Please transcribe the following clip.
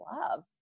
love